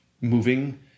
moving